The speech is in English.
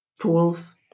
fools